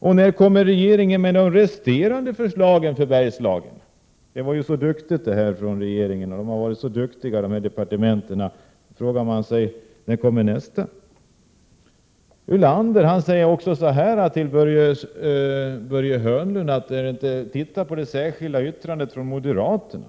Och när kommer regeringen med de resterande förslagen för Bergslagen? Det var ju så duktigt av regeringen det här, och departementen har varit så duktiga. Då frågar man sig: När kommer nästa förslag? Ulander säger till Börje Hörnlund: Titta på det särskilda yttrandet från moderaterna.